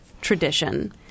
tradition